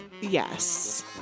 Yes